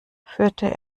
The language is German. führte